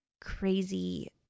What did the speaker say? crazy